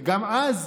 וגם אז,